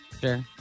Sure